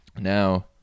Now